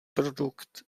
produkt